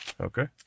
Okay